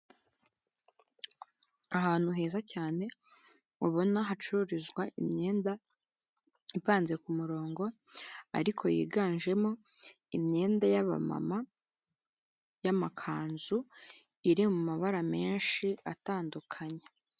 Ahantu heza cyane ubona hacururizwa imyenda ipanze ku murongo, ariko yiganjemo imyenda y'abamama y’amakunzu iri mu mabara menshi atandukanye.